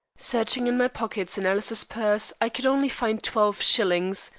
searching in my pockets and alice's purse, i could only find twelve shillings,